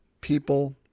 people